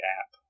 app